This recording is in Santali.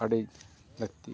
ᱟᱹᱰᱤ ᱞᱟᱹᱠᱛᱤ ᱠᱟᱱᱟ